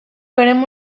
eremu